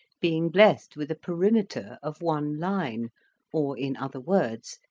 being blessed with a perimeter of one line or, in other words,